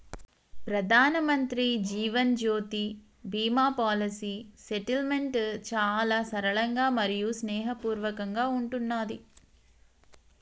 ప్రధానమంత్రి Jeevan Jyoti Bima policy settlement చాలా సరళంగా మరియు స్నేహపూర్వకంగా ఉంటున్నాది